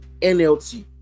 NLT